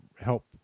help